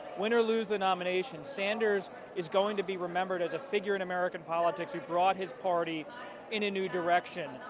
when or lose the nomination, sanders is going to be remembered as a figure in american politics who brought his party in a new direction.